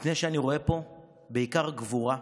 מפני שאני רואה פה בעיקר גבורה,